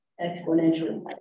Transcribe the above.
exponentially